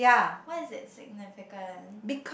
what is it significance